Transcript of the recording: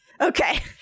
Okay